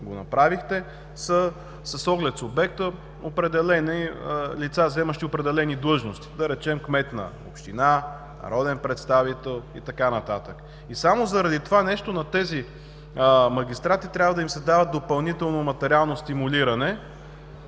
го направихте с оглед субекта, са определени лица, заемащи определени длъжности, да речем, кмет на община, народен представител и така нататък. И само заради това нещо на тези магистрати трябва да им се дава допълнително материално стимулиране